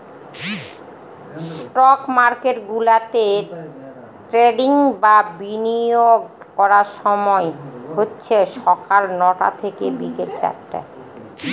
stock market গুলাতে trading বা বিনিয়োগ করার সময় হচ্ছে সকাল নটা থেকে বিকেল চারটে